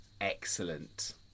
excellent